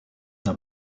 d’un